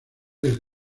del